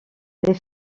les